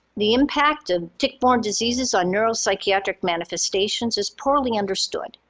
the impact of tick-borne diseases on neuropsychiatric manifestations is poorly understood.